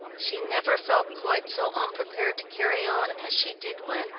she never felt quite so unprepared to carry on as she did when,